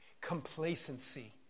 Complacency